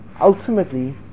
ultimately